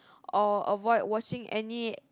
or avoid watching any